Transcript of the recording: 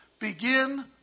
begin